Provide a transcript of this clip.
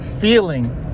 feeling